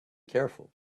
careful